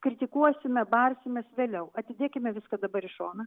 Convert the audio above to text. kritikuosime barsimės vėliau atidėkime viską dabar į šoną